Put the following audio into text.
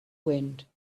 wind